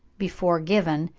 before given,